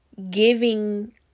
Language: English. Giving